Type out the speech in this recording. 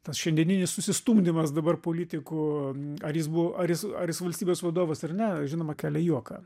tas šiandieninis susistumdymas dabar politikų ar jis buvo ar jis ar jis valstybės vadovas ar ne žinoma kelia juoką